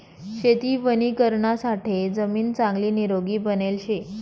शेती वणीकरणासाठे जमीन चांगली निरोगी बनेल शे